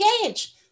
engage